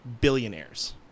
billionaires